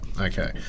Okay